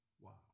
Wow